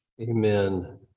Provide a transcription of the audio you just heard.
amen